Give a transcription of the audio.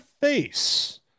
face